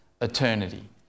eternity